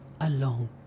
alone